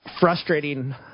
frustrating